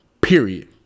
Period